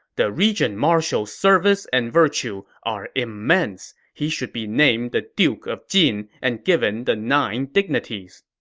the regent marshal's service and virtue are immense. he should be named the duke of jin and given the nine dignities.